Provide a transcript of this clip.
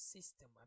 System